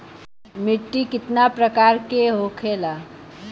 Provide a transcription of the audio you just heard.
मिट्टी कितना प्रकार के होखेला?